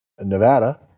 Nevada